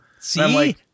See